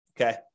Okay